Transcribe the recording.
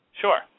Sure